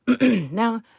now